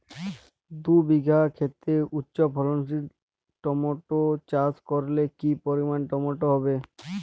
দুই বিঘা খেতে উচ্চফলনশীল টমেটো চাষ করলে কি পরিমাণ টমেটো হবে?